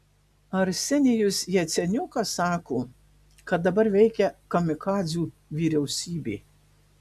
arsenijus jaceniukas sako kad dabar veikia kamikadzių vyriausybė